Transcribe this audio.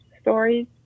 stories